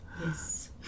Yes